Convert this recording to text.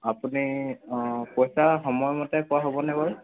আপুনি অঁ পইচা সময়মতে পোৱা হ'বনে বাৰু